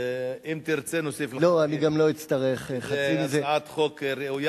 פרופסור אריה אלדד, בבקשה, נא להציג את הצעת החוק.